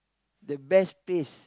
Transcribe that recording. the best place